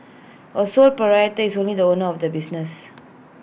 A sole proprietor is only the owner of the business